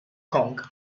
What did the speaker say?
kong